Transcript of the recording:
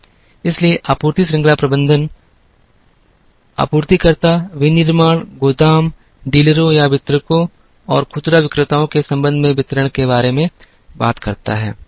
इसलिए आपूर्ति श्रृंखला प्रबंधन आपूर्तिकर्ता विनिर्माण गोदाम डीलरों या वितरकों और खुदरा विक्रेताओं के संबंध में वितरण के बारे में बात करता है